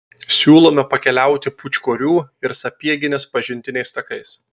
siūlome pakeliauti pūčkorių ir sapieginės pažintiniais takais